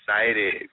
excited